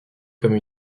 comme